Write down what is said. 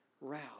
route